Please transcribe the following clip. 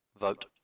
vote